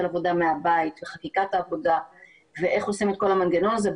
עבודה מהבית וחקיקת העבודה ואיך עושים את כל המנגנון הזה.